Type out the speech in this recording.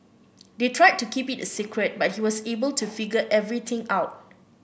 they tried to keep it a secret but he was able to figure everything out